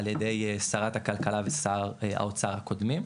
על ידי שרת הכלכלה ושר האוצר הקודמים,